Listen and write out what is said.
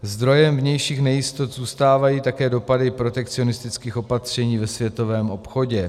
Zdrojem vnějších nejistot zůstávají také dopady protekcionistických opatření ve světovém obchodě.